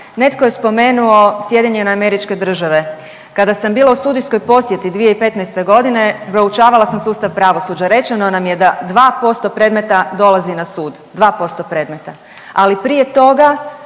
Netko je spomenuo SAD, kada sam bila u studijskoj posjeti 2015. g. proučavala sam sustav pravosuđa. Rečeno nam je da 2% predmeta dolazi na sud, ali prije toga